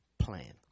plan